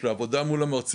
של עבודה אל מול המרצים,